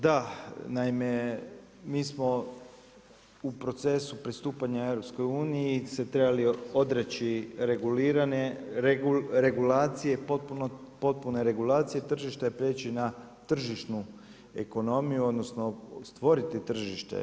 Da, naime mi smo u procesu pristupanja EU se trebali odreći regulacije, potpune regulacije tržišta i prijeći na tržišnu ekonomiju, odnosno stvorit tržište.